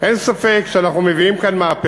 יפה, ידעתי שהוא הבין את מהות